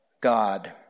God